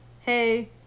hey